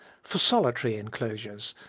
for solitary enclosures,